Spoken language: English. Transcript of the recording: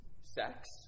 sex